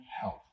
health